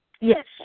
Yes